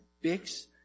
Fix